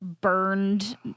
burned